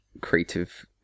creative